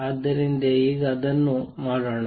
ಆದ್ದರಿಂದ ಈಗ ಅದನ್ನು ಮಾಡೋಣ